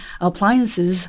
appliances